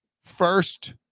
first